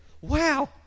Wow